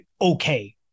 okay